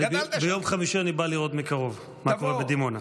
ביום חמישי אני בא לראות מקרוב מה קורה בדימונה.